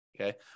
Okay